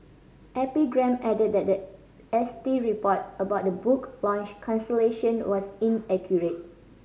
epigram added that the S T report about the book launch cancellation was inaccurate